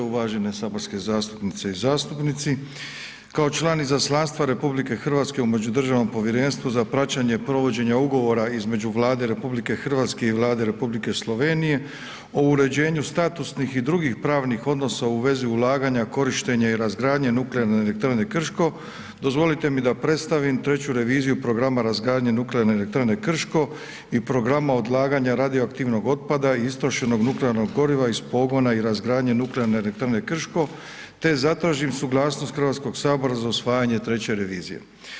Uvažene saborske zastupnice i zastupnici, kao član izaslanstva Rh u međudržavnom povjerenstvu za praćenje provođenja ugovora između Vlada RH i Vlade Replike Slovenije o uređenju statusnih i drugih pravnih odnosa u vezi ulaganja, korištenje i razgradnje Nuklearne elektrane Krško dozvolite mi da predstavim treću reviziju programa razgradnje Nuklearne elektrane Krško i programa odlaganja radioaktivnog otpada i istrošenog nuklearnog goriva iz pogona i razgradnje Nuklearne elektrane Krško te zatražim suglasnost Hrvatskog sabora za usvajanje treće revizije.